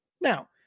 Now